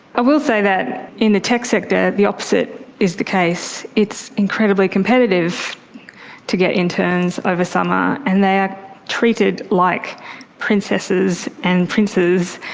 i will say that in the tech sector the opposite is the case. it's incredibly competitive to get interns over summer, and they are treated like princesses and princes.